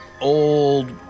old